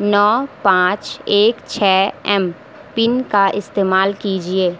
نو پانچ ایک چھ ایم پن کا استعمال کیجیے